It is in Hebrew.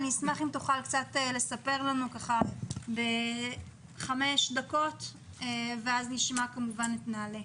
אני אשמח אם תוכל לספר לנו בחמש דקות ואז נשמע את נעל"ה.